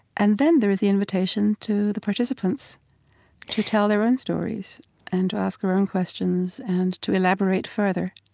and then there is the invitation to the participants to tell their own stories and to ask their own questions and to elaborate further.